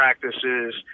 practices